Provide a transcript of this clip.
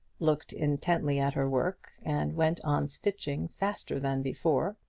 looked intently at her work, and went on stitching faster than before.